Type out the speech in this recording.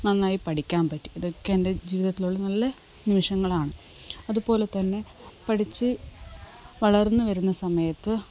നന്നായി പഠിക്കാൻ പറ്റി ഇതൊക്കെ എൻ്റെ ജീവിതത്തിലുള്ള നല്ല നിമിഷങ്ങളാണ് അതു പോലെ തന്നെ പഠിച്ച് വളർന്നു വരുന്ന സമയത്ത്